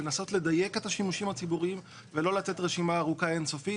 לנסות לדייק את השימושים הציבוריים ולא לתת רשימה ארוכה אין-סופית.